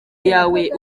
yawe